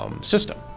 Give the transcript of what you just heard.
system